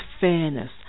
fairness